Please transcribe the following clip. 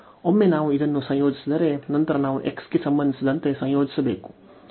ಒಮ್ಮೆ ನಾವು ಇದನ್ನು ಸಂಯೋಜಿಸಿದರೆ ನಂತರ ನಾವು x ಗೆ ಸಂಬಂಧಿಸಿದಂತೆ ಸಂಯೋಜಿಸಬೇಕು